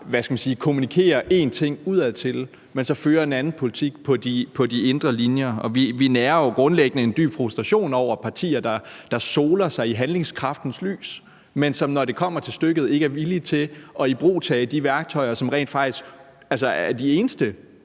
kommunikerer én ting udadtil, men så fører en anden politik på de indre linjer. Og vi nærer jo grundlæggende en dyb frustration over partier, der soler sig i handlingskraftens lys, men som, når det kommer til stykket, ikke er villige til at ibrugtage de værktøjer, som rent faktisk altså er de eneste,